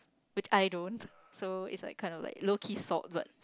which I don't so it's like kind of like low key salt but